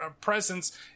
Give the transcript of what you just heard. presence